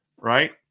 Right